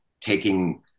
taking